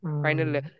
final